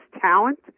talent